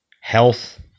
Health